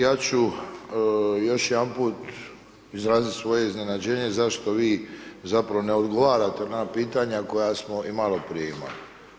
Ja ću još jedanput izrazit svoje iznenađenje zašto vi zapravo ne odgovarate na pitanja koja smo i maloprije imali.